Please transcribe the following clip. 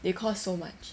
they cost so much